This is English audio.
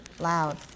loud